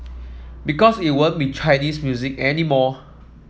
because it won't be Chinese music anymore